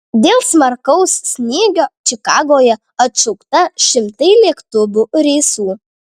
dėl smarkaus snygio čikagoje atšaukta šimtai lėktuvų reisų